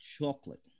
chocolate